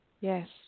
Yes